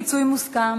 פיצוי מוסכם),